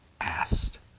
asked